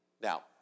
Now